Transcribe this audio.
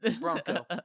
bronco